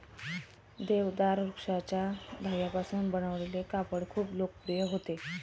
देवदार वृक्षाच्या धाग्यांपासून बनवलेले कापड खूप लोकप्रिय होते